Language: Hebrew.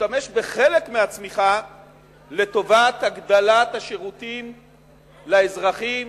להשתמש בחלק מהצמיחה לטובת הגדלת השירותים לאזרחים,